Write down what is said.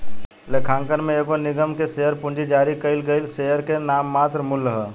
लेखांकन में एगो निगम के शेयर पूंजी जारी कईल गईल शेयर के नाममात्र मूल्य ह